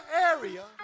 area